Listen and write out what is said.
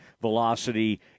velocity